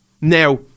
Now